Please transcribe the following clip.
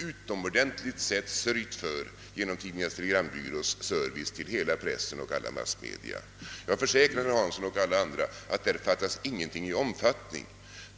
utomordentligt väl tillgodosedd genom Tidningarnas telegrambyrås service till hela pressen och till alla massmedia. Och jag försäkrar herr Hansson i Skegrie och alla andra, att där fattas ingenting i omfattning!